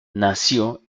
nació